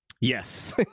Yes